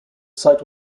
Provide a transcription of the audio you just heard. site